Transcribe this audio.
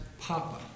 papa